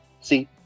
See